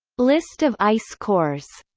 list of ice cores